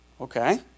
okay